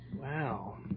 Wow